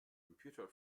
computer